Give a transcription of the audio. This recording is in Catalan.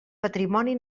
patrimoni